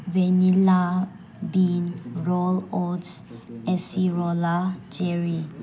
vanilla bean roll oats acerola cherry